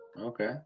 Okay